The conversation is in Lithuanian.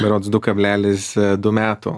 berods du kablelis du meto